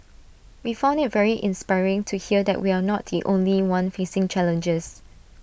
we found IT very inspiring to hear that we are not the only one facing challenges